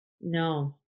no